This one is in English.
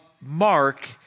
Mark